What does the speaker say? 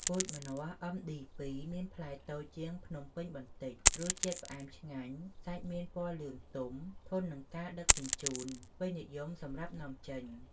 ពូជម្នាស់ MD2 មានផ្លែតូចជាងភ្នំពេញបន្តិច រសជាតិផ្អែមខ្លាំង សាច់មានពណ៌លឿងទុំ ធន់នឹងការដឹកជញ្ជូន ពេញនិយមសម្រាប់នាំចេញ។